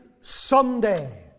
Someday